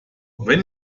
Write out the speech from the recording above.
wenn